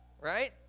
right